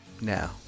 Now